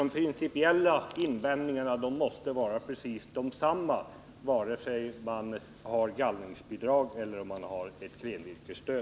De principiella invändningarna måste vara precis desamma, vare sig man har gallringsbidrag eller klenvirkesstöd.